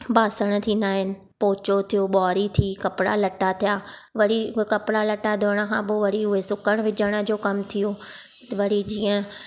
बासण थींदा आहिनि पोचो थियो ॿुहारी थी कपिड़ा लटा थिया वरी उहे कपिड़ा लटा धुअण खां पोइ वरी उहे सुकण विझण जो कमु थियो वरी जीअं